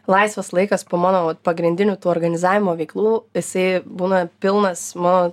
laisvas laikas po mano vat pagrindinių tų organizavimo veiklų jisai būna pilnas mano